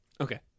Okay